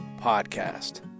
Podcast